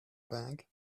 bank